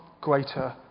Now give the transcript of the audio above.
greater